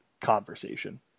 conversation